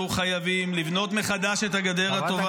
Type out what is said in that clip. אנחנו חייבים לבנות מחדש את הגדר הטובה.